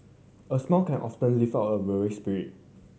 a smile can often lift a weary spirit